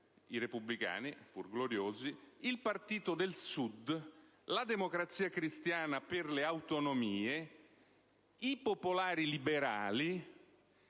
i Repubblicani, pur gloriosi, il Partito del Sud, la Democrazia Cristiana per le autonomie, i Popolari liberali,